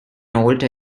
alter